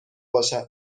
باشد